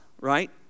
right